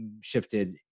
shifted